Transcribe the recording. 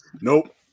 Nope